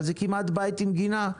אבל זה כמעט בית עם גינה,